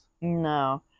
no